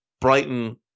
Brighton